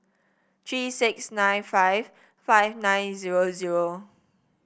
three six nine five five nine zero zero